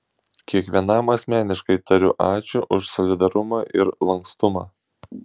kiekvienam asmeniškai tariu ačiū už solidarumą ir lankstumą